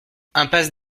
impasse